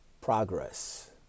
Progress